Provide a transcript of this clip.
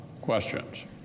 questions